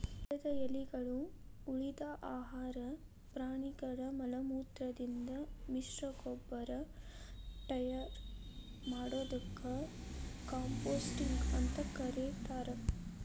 ಗಿಡದ ಎಲಿಗಳು, ಉಳಿದ ಆಹಾರ ಪ್ರಾಣಿಗಳ ಮಲಮೂತ್ರದಿಂದ ಮಿಶ್ರಗೊಬ್ಬರ ಟಯರ್ ಮಾಡೋದಕ್ಕ ಕಾಂಪೋಸ್ಟಿಂಗ್ ಅಂತ ಕರೇತಾರ